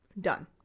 Done